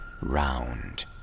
round